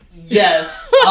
Yes